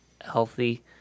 healthy